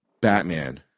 Batman